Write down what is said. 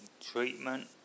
treatment